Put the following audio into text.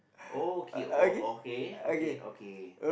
okay o~ o~ okay okay okay